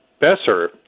Besser